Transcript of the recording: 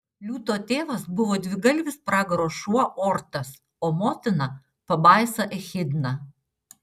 liūto tėvas buvo dvigalvis pragaro šuo ortas o motina pabaisa echidna